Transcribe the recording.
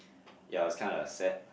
ya it's kind of sad